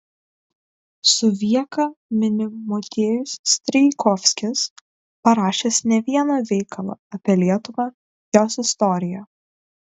suvieką mini motiejus strijkovskis parašęs ne vieną veikalą apie lietuvą jos istoriją